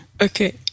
Okay